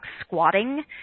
squatting